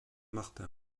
martin